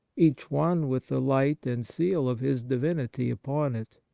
each one with the light and seal of his divinity upon it.